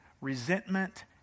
resentment